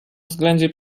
względzie